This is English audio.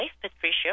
Patricia